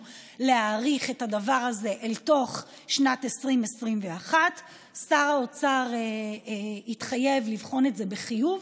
להאריך את הדבר הזה אל תוך שנת 2021. שר האוצר התחייב לבחון את זה בחיוב,